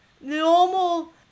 normal